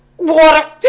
Water